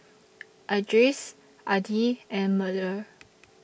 Idris Adi and Melur